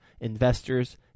investors